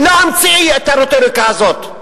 ולא המציא את הרטוריקה הזו.